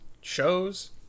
shows